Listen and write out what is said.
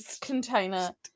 container